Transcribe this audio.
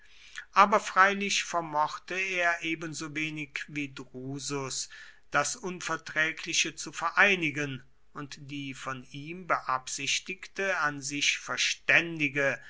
aber freilich vermochte er ebensowenig wie drusus das unverträgliche zu vereinigen und die von ihm beabsichtigte an sich verständige